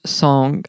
song